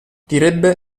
direbbe